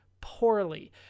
poorly